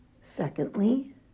Secondly